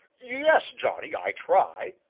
yes, johnny, i try,